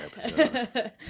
episode